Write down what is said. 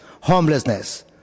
homelessness